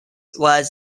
was